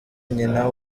nyina